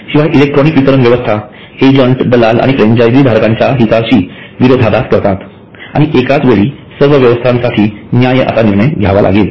शिवाय इलेक्ट्रॉनिक वितरण व्यवस्था एजंट दलाल आणि फ्रँचायझी धारकांच्या हितांशी विरोधाभास करतात आणि एकाच वेळी सर्व व्यवसायासाठी न्याय्य असा निर्णय घ्यावा लागेल